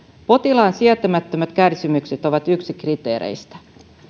potilaan sietämättömät kärsimykset ovat yksi kriteereistä